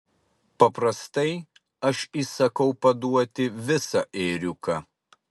paprastai aš įsakau paduoti visą ėriuką